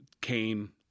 came